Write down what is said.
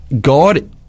God